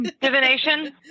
Divination